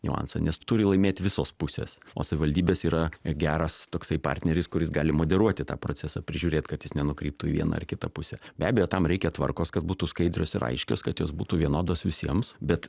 niuansą nes turi laimėt visos pusės o savivaldybės yra geras toksai partneris kuris gali moderuoti tą procesą prižiūrėt kad jis nenukryptų į vieną ar kitą pusę be abejo tam reikia tvarkos kad būtų skaidrios ir aiškios kad jos būtų vienodos visiems bet